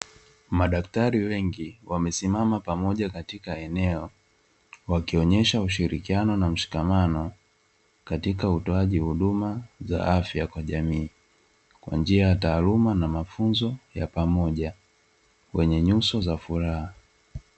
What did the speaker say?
Madaktari wengi wamesimama pamoja katika eneo, wakionyesha ushirikiano na mshikamano katika utoaji wa huduma za afya kwa jamii kwa njia ya taaluma na mafunzo ya pamoja wenye nyuso za furaha.